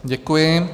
Děkuji.